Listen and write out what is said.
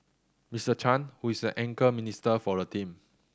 Mister Chan who is the anchor minister for the team